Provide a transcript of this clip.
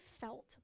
felt